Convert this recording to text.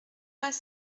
pas